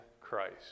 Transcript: Christ